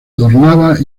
tornaba